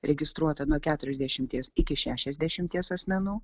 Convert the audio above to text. registruota nuo keturiasdešimties iki šešiasdešimties asmenų